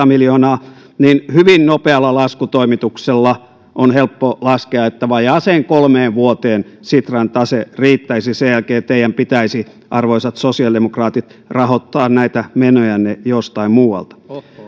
miljoonaa niin hyvin nopealla laskutoimituksella on helppo laskea että vajaaseen kolmeen vuoteen sitran tase riittäisi sen jälkeen teidän pitäisi arvoisat sosiaalidemokraatit rahoittaa näitä menojanne jostain muualta